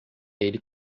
ele